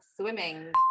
swimming